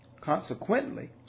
Consequently